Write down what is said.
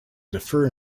defer